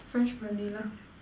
fresh vanilla